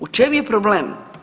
U čem je problem?